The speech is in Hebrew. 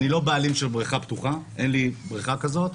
אני לא בעלים של בריכה פתוחה, אין לי בריכה כזאת,